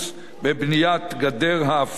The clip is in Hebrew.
בבניית גדר ההפרדה,